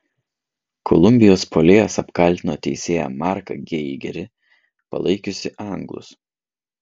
kolumbijos puolėjas apkaltino teisėją marką geigerį palaikiusį anglus